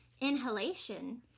inhalation